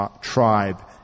tribe